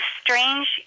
strange